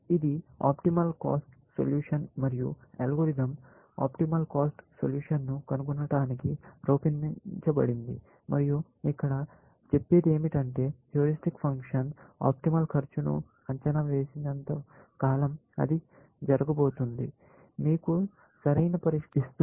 ఇది optimal cost solution మరియు algorithm optimal cost సొల్యూషన్ను కనుగొనటానికి రూపొందించబడింది మరియు ఇక్కడ చెప్పేది ఏమిటంటే హ్యూరిస్టిక్ ఫంక్షన్ ఆప్టిమల్ ఖర్చును అంచనా వేసినంత కాలం అది జరగబోతోంది మీకు సరైన పరిష్కారం ఇస్తుంది